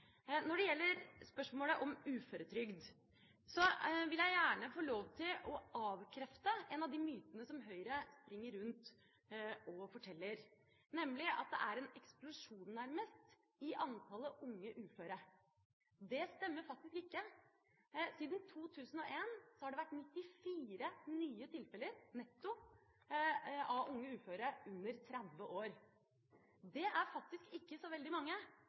Når det gjelder spørsmålet om uføretrygd, vil jeg gjerne få lov til å avkrefte en av de mytene som Høyre springer rundt og forteller, nemlig at det er en eksplosjon nærmest i antallet unge uføre. Det stemmer faktisk ikke. Siden 2001 har det vært 94 nye tilfeller netto av unge uføre under 30 år. Det er faktisk ikke så veldig mange,